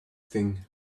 thing